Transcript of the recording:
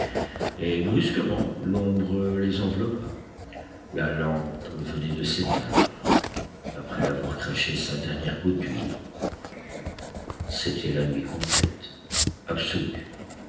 et brusquement l'ombre les enveloppa la lampe venait de s'éteindre après avoir craché sa dernière goutte d'huile c'était la nuit complète absolue